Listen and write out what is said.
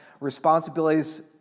responsibilities